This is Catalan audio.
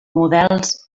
models